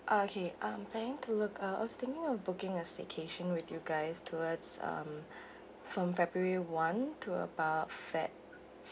uh okay I'm planning to uh I was thinking of booking a staycation with you guys towards um from february one to about feb